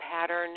pattern